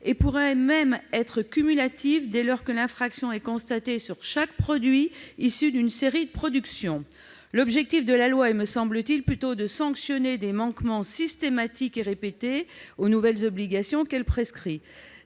pourrait même être cumulative dès lors que l'infraction serait constatée sur chaque produit issu d'une série de production. Or l'objectif de la loi me semble plutôt être de sanctionner des manquements systématiques et répétés aux nouvelles obligations qu'elle prescrit.